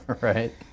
right